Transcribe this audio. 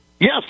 Yes